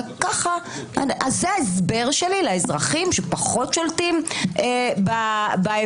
וזה ההסבר שלי לאזרחים שפחות שולטים בהיבט